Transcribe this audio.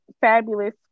fabulous